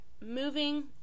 moving